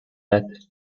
head